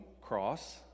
cross